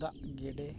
ᱫᱟᱜ ᱜᱮᱰᱮ